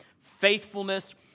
Faithfulness